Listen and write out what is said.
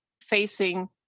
facing